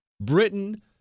Britain